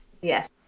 Yes